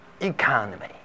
economy